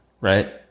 right